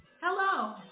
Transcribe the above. hello